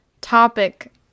topic